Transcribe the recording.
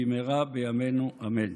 במהרה בימינו אמן.